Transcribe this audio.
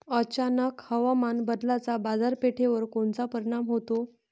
अचानक हवामान बदलाचा बाजारपेठेवर कोनचा परिणाम होतो?